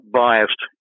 biased